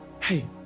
hey